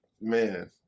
man